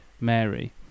mary